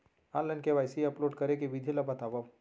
Online KYC upload करे के विधि ला बतावव?